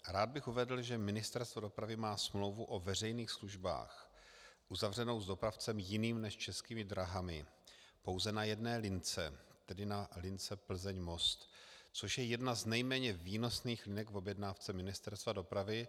Rád bych uvedl, že Ministerstvo dopravy má smlouvu o veřejných službách uzavřenou s dopravcem jiným než Českými dráhami pouze na jedné lince, tedy na lince Plzeň Most, což je jedna z nejméně výnosných linek v objednávce Ministerstva dopravy.